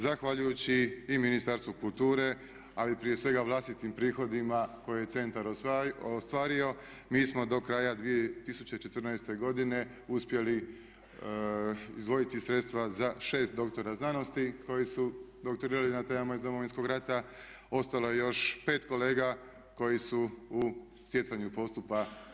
Zahvaljujući i Ministarstvu kulture ali i prije svega vlastitim prihodima koje je centar ostvario mi smo do kraja 2014.godine uspjeli izdvojiti sredstva za šest doktora znanosti koji su doktorirali na temama iz Domovinskog rata, ostalo je još pet kolega koji su u stjecanju postupa.